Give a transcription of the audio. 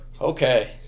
Okay